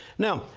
now,